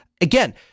again